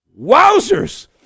wowzers